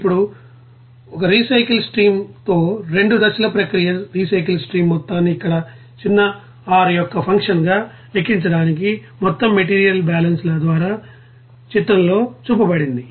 ఇప్పుడు 1 రీసైకిల్ స్ట్రీమ్తో 2 దశల ప్రక్రియ రీసైకిల్ స్ట్రీమ్ మొత్తాన్ని ఇక్కడ చిన్న r యొక్క ఫంక్షన్గా లెక్కించడానికి మొత్తం మెటీరియల్ బ్యాలెన్స్ల ద్వారా చిత్రంలో చూపబడింది